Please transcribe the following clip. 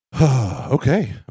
Okay